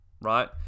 right